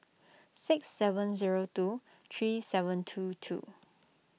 six seven zero two three seven two two